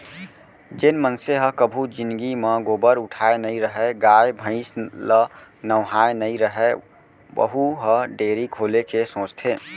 जेन मनसे ह कभू जिनगी म गोबर उठाए नइ रहय, गाय भईंस ल नहवाए नइ रहय वहूँ ह डेयरी खोले के सोचथे